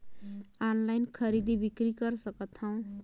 Online खरीदी बिक्री कर सकथव?